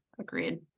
Agreed